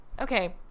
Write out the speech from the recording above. okay